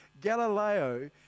Galileo